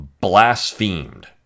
blasphemed